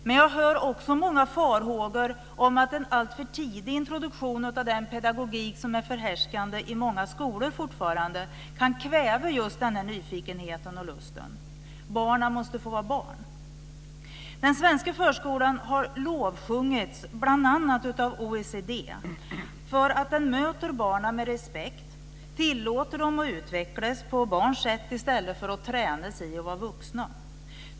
Men jag hör också många farhågor om att en alltför tidig introduktion av den pedagogik som fortfarande är förhärskande i många skolor kan kväva den nyfikenheten och lusten. Barnen måste få vara barn. Den svenska förskolan har lovsjungits av bl.a. OECD för att den möter barnen med respekt, tillåter dem att utvecklas på barns sätt i stället för att träna dem i att vara vuxna.